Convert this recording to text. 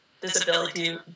disability